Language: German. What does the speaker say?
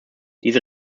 diese